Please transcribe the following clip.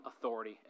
authority